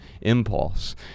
impulse